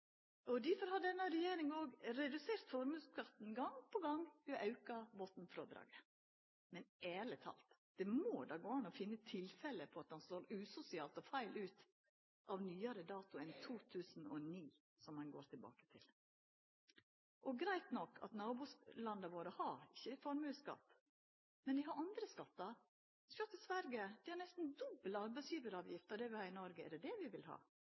ut. Difor har denne regjeringa òg redusert formuesskatten gong på gong ved å auka botnfrådraget. Men ærleg talt: Det må då gå an å finna tilfelle på at han slår usosialt og feil ut av nyare dato enn 2009, som ein går tilbake til. Greitt nok at nabolanda våre ikkje har formuesskatt, men dei har andre skattar. Sjå til Sverige: Dei har nesten dobbel arbeidsgivaravgift av det vi har i Noreg. Er det det vi vil ha?